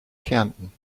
kärnten